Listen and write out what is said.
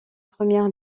premières